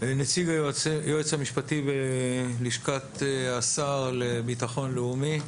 נציג היועץ המשפטי בלשכת השר לביטחון לאומי,